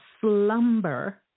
slumber